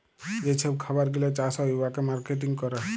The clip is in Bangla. যে ছব খাবার গিলা চাষ হ্যয় উয়াকে মার্কেটিং ক্যরে